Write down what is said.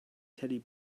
teddy